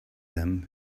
them